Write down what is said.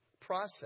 process